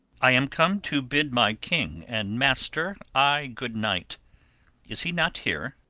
i am come to bid my king and master aye good night is he not here?